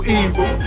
evil